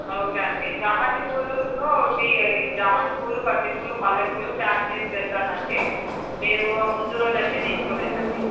okay అండి చామంతి పూలను ఇవి చామంతి పూలు బంతిపూలు మల్లెపూలు ప్యాక్ చేసి పెడతానండి మీరు ముందు రోజు వచ్చి తీసుకుని వెళ్ళండి